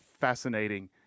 fascinating